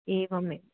एवम्